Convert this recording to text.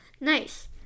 Nice